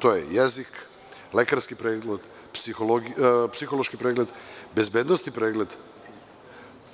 To je jezik, lekarski pregled, psihološki pregled, bezbednosni pregled,